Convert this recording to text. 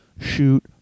shoot